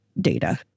data